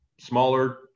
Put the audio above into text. smaller